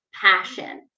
passion